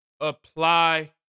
Apply